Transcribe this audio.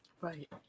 Right